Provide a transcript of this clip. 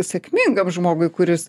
sėkmingam žmogui kuris